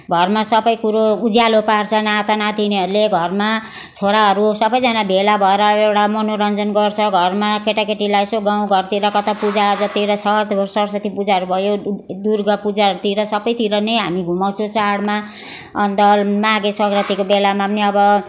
घरमा सब कुरो उज्यालो पार्छ नाता नातिनीहरूले घरमा छोराहरू सबजना भेला भएर एउटा मनोरन्जन गर्छ घरमा केटा केटीलाई यसो गाउँ घरतिर कता पूजा आजातिर सरस्वती पूजाहरू भयो दु दुर्गा पूजाहरूतिर सबतिर नै हामी घुमाउँछौँ चाडमा अन्त माघे सङ्क्रान्तिको बेलामा पनि अब